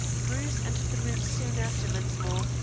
bruce entered the room soon after mensmore,